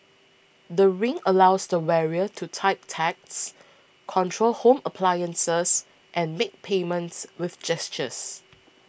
the Ring allows the wearer to type texts control home appliances and make payments with gestures